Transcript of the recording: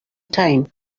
time